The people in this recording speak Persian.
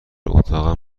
اتاقم